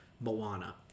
Moana